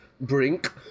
Brink